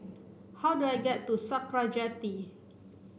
how do I get to Sakra Jetty